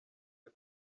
twe